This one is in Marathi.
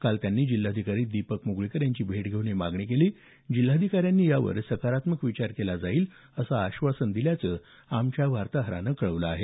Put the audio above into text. काल त्यांनी जिल्हाधिकारी दीपक म्गळीकर यांची भेट घेऊन ही मागणी केली जिल्हाधिकाऱ्यांनी यावर सकारात्मक विचार केला जाईल असं आश्वासन दिल्याचं आमच्या वार्ताहरानं कळवलं आहे